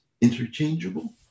interchangeable